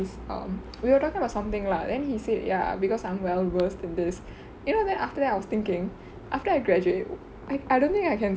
his um we are talking about something lah then he said ya because I'm well versed in this you know then after that I was thinking after I graduate I I don't think I can